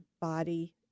body